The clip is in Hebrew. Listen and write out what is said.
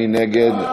מי נגד?